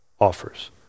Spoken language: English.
offers